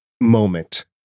moment